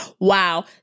Wow